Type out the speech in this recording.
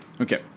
okay